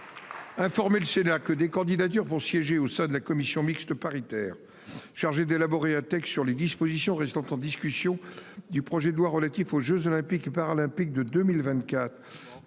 Informé, le Sénat que des candidatures pour siéger au sein de la commission mixte paritaire chargée d'élaborer un texte sur les dispositions restant en discussion. Du projet de loi relatif aux Jeux olympiques et paralympiques de 2024